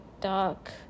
Dark